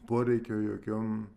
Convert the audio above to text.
poreikio jokiom